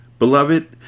Beloved